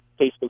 Facebook